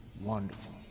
Wonderful